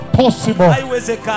possible